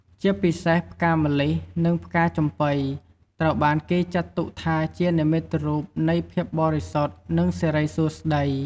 ជាពិសេស ផ្កាម្លិះ និងផ្កាចំប៉ី ត្រូវបានគេចាត់ទុកថាជានិមិត្តរូបនៃភាពបរិសុទ្ធ និងសិរីសួស្តី។